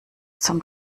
zum